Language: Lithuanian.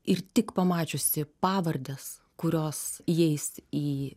ir tik pamačiusi pavardes kurios įeis į